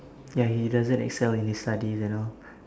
ya he doesn't excel in his study and all